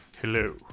Hello